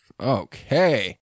Okay